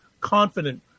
confident